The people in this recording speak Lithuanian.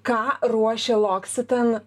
ką ruošia loccitane